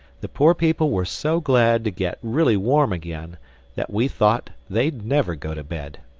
the poor people were so glad to get really warm again that we thought they'd never go to bed.